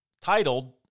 titled